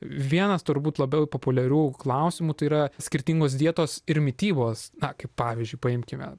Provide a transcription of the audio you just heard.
vienas turbūt labiau populiarių klausimų tai yra skirtingos dietos ir mitybos na kaip pavyzdžiui paimkime